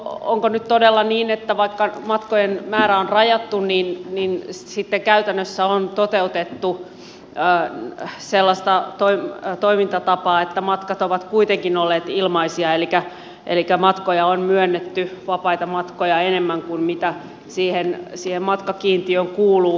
onko nyt todella niin että vaikka matkojen määrä on rajattu niin sitten käytännössä on toteutettu sellaista toimintatapaa että matkat ovat kuitenkin olleet ilmaisia elikkä matkoja on myönnetty vapaita matkoja enemmän kuin siihen matkakiintiöön kuuluu